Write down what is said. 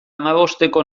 hamabosteko